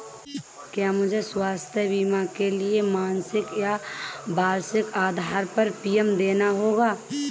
क्या मुझे स्वास्थ्य बीमा के लिए मासिक या वार्षिक आधार पर प्रीमियम देना होगा?